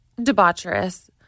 debaucherous